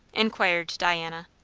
inquired diana.